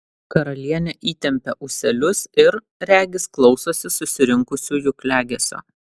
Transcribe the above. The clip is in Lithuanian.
karalienė įtempia ūselius ir regis klausosi susirinkusiųjų klegesio